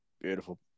Beautiful